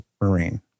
Marine